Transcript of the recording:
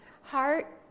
heart